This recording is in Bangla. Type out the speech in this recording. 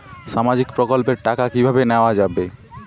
সামাজিক প্রকল্পের টাকা কিভাবে নেওয়া যাবে?